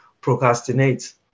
procrastinate